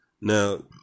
Now